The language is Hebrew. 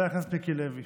חבר הכנסת מיקי לוי,